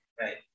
Right